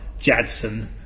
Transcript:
Jadson